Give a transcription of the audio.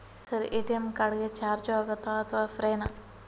Sir ATM card ಗೆ charge ಆಗುತ್ತಾ ಅಥವಾ ಫ್ರೇ ನಾ?